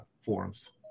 forums